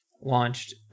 launched